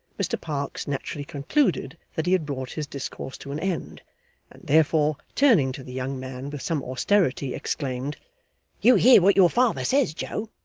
mr parkes naturally concluded that he had brought his discourse to an end and therefore, turning to the young man with some austerity, exclaimed you hear what your father says, joe?